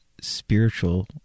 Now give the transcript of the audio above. spiritual